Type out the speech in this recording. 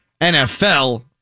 NFL